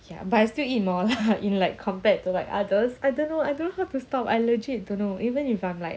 ya but I still eat more lah in like compared to like others I don't know I don't know how to stop I legit don't know even if I'm like